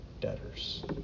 debtors